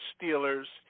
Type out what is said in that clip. Steelers